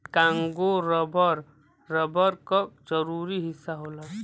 Congo rubber, rubber क जरूरी हिस्सा होला